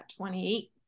28